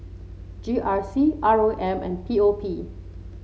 G R C R O M and P O P